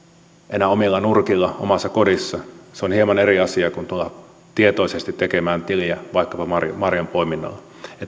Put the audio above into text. enää omilla nurkilla omassa kodissa se on hieman eri asia kuin tulla tietoisesti tekemään tiliä vaikkapa marjanpoiminnalla että